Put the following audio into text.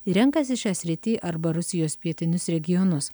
ir renkasi šią sritį arba rusijos pietinius regionus